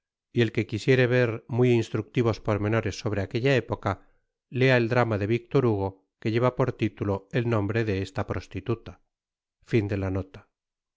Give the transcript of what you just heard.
y et que quisiere ver muy instructivos pormenores sobre aquelta época tea et drama de víctor hugo que tteva por tituto et hombre de esta prostituta